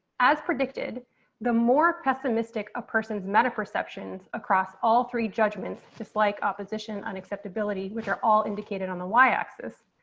as predicted the more pessimistic a person's meta perceptions across all three judgments, just like opposition unacceptability which are all indicated on the y axis,